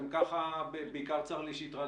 אם ככה, בעיקר צר לי שהטרדנו אותך.